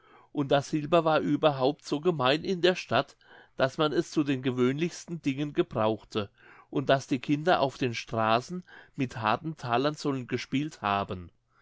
und das silber war überhaupt so gemein in der stadt daß man es zu den gewöhnlichsten dingen gebrauchte und daß die kinder auf den straßen mit harten thalern sollen gespielt haben